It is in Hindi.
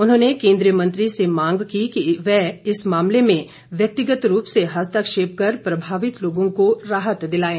उन्होंने केन्द्रीय मंत्री से मांग की कि वह इस मामले में व्यक्तिगत रूप से हस्तक्षेप कर प्रभावित लोगों को राहत दिलाएं